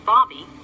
Bobby